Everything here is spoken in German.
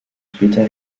später